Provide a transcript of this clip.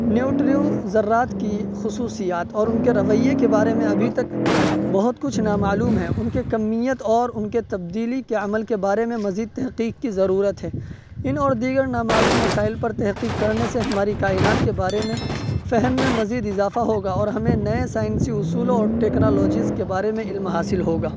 neutron ذرات کی خصوصیات اور ان کے رویے کے بارے میں ابھی تک بہت کچھ نامعلوم ہے ان کے کمیت اور ان کے تبدیلی کے عمل کے بارے میں مزید تحقیق کی ضرورت ہے ان اور دیگر نامعلوم مسائل پر تحقیق کرنے سے ہماری کائنات کے بارے میں فہم میں مزید اضافہ ہوگا اور ہمیں نئے سائنسی اصولوں اور ٹکنالوجیز کے بارے میں علم حاصل ہوگا